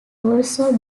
also